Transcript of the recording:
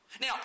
Now